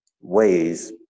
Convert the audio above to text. ways